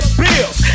bills